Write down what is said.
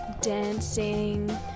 dancing